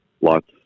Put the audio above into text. lots